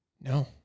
No